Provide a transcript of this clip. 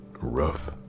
rough